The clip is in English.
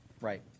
Right